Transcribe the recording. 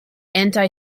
anti